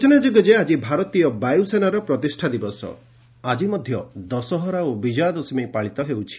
ସ୍କଚନା ଯୋଗ୍ୟ ଯେ ଆଜି ଭାରତୀୟ ବାୟୁସେନାର ପ୍ରତିଷ୍ଠା ଦିବସ ଆକି ମଧ୍ୟ ଦଶହରା ଓ ବିକ୍ତୟାଦଶମୀ ପାଳିତ ହେଉଛି